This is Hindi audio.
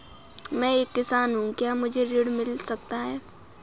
मैं एक किसान हूँ क्या मुझे ऋण मिल सकता है?